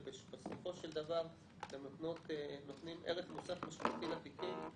בסופו של דבר נותנים ערך מוסף ל- -- התיקים.